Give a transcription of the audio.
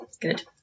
good